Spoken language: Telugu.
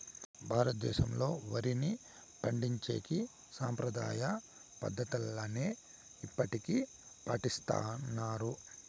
భారతదేశంలో, వరిని పండించేకి సాంప్రదాయ పద్ధతులనే ఇప్పటికీ పాటిస్తన్నారు